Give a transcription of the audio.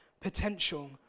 potential